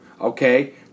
okay